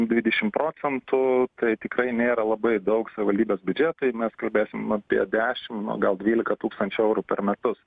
dvidešim procentų tai tikrai nėra labai daug savivaldybės biudžetui mes kalbėsim apie dešim gal dvylika tūkstančių eurų per metus